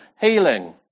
healing